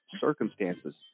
circumstances